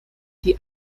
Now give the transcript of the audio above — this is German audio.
die